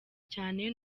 cyane